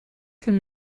from